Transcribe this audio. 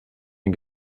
den